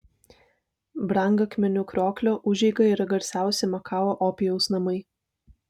brangakmenių krioklio užeiga yra garsiausi makao opijaus namai